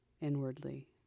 inwardly